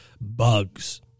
bugs